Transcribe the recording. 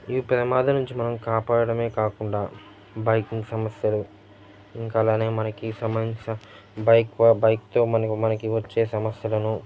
ఈ ప్రమాదం నుంచి మనం కాపాడడమే కాకుండా బైకింగ్ సమస్యలు ఇంకా అలానే మనకి సంబందించిన బైక్ వార్ బైక్తో మనకి మనకి వచ్చే సమస్యలను